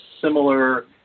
similar